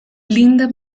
linda